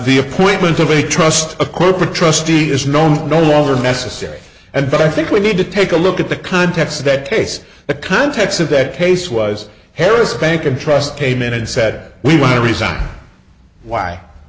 the appointment of a trust a corporate trustee is no no longer necessary and but i think we need to take a look at the context that case the context of that case was harris bank and trust came in and said we want a reason why i